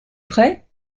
prêt